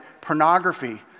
pornography